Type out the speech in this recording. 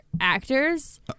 actors